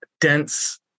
dense